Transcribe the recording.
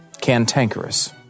cantankerous